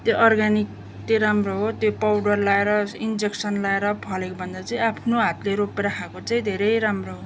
त्यो अर्ग्यानिक चाहिँ राम्रो हो त्यो पाउडर लाएर इन्जेक्सन लाएर फलेकोभन्दा चाहिँ आफ्नो हातले रोपेर खाएको चाहिँ धेरै राम्रो हो